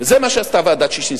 וזה מה שעשתה ועדת-ששינסקי,